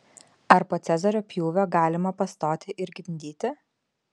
ar po cezario pjūvio galima pastoti ir gimdyti